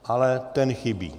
Ale ten chybí.